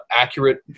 accurate